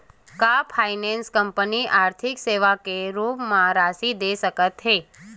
का finance company आर्थिक सेवा के रूप म राशि दे सकत हे?